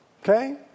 Okay